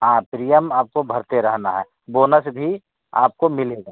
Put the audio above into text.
हाँ प्रियम आपको भरते रहना है बोनस भी आपको मिलेगा